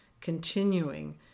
Continuing